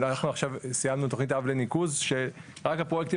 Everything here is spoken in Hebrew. עכשיו סיימנו תוכנית אב לניקוז שרק הפרויקטים